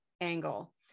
angle